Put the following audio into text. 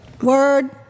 Word